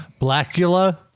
Blackula